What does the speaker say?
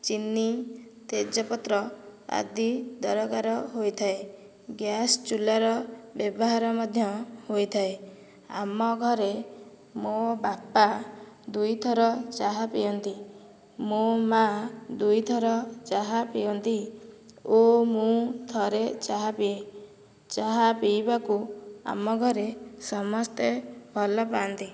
ଚିନି ତେଜପତ୍ର ଆଦି ଦରକାର ହୋଇଥାଏ ଗ୍ୟାସ୍ ଚୁଲାର ବ୍ୟବହାର ମଧ୍ୟ ହୋଇଥାଏ ଆମ ଘରେ ମୋ ବାପା ଦୁଇ ଥର ଚାହା ପିଅନ୍ତି ମୋ ମା' ଦୁଇ ଥର ଚାହା ପିଅନ୍ତି ଓ ମୁଁ ଥରେ ଚାହା ପିଏ ଚାହା ପିଇବାକୁ ଆମ ଘରେ ସମସ୍ତେ ଭଲ ପାଆନ୍ତି